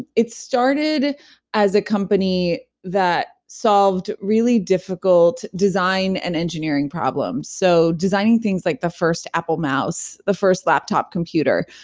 it started as a company that solved really difficult design and engineering problems. so designing things like the first apple mouse, the first laptop computer,